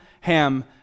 Ham